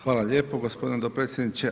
Hvala lijepo gospodine dopredsjedniče.